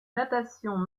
natation